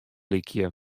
lykje